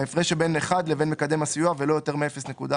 ההפרש שבין 1 לבין מקדם הסיוע, ולא יותר מ־0.055,"